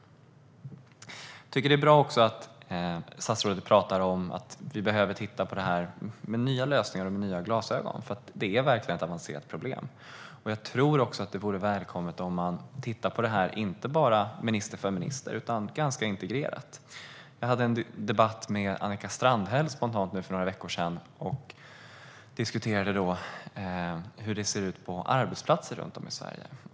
Jag tycker att det är bra att statsrådet talar om att vi behöver titta på detta med nya glasögon och hitta nya lösningar. Det är verkligen ett avancerat problem. Jag tror också att det skulle vara välkommet om man tittade på detta inte bara minister för minister utan ganska integrerat. För några veckor sedan hade jag en debatt spontant med Annika Strandhäll, då vi diskuterade hur det ser ur på arbetsplatser runt om i Sverige.